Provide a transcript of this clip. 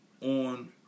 on